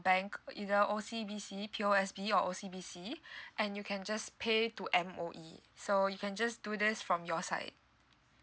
bank either O_C_B_C P_O_S_B or O_C_B_C and you can just pay to M_O_E so you can just do this from your side